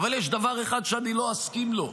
אבל יש דבר אחד שאני לא אסכים לו: